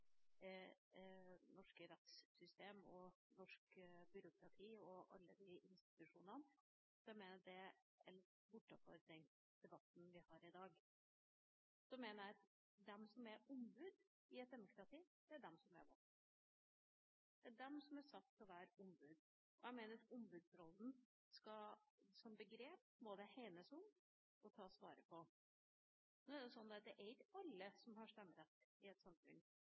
norske rettssystem, norsk byråkrati og alle disse institusjonene, mener jeg dette er litt utenfor den debatten vi har i dag. Jeg mener at de som er ombud i et demokrati, er de som er valgt. Det er de som er satt til å være ombud. Jeg mener at ombudsrollen som begrep må hegnes om, og tas vare på. Nå er det sånn at det er ikke alle som har stemmerett i et samfunn.